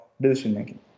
decision-making